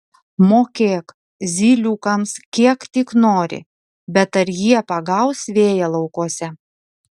mokėk zyliukams kiek tik nori bet ar jie pagaus vėją laukuose